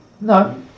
No